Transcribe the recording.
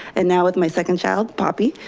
and now with my second child, poppy,